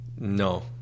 No